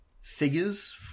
figures